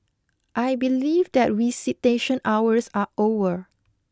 I believe that visitation hours are over